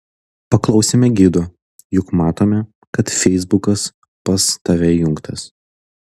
paklausėme gido juk matome kad feisbukas pas tave įjungtas